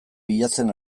bilatzen